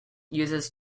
users